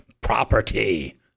property